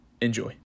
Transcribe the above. Enjoy